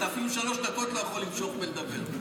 אתה, אפילו שלוש דקות לא יכול למשוך בלדבר.